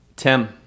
Tim